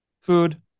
food